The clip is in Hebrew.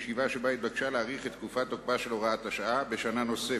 ישיבה שבה התבקשה להאריך את תקופת תוקפה של הוראת השעה בשנה נוספת.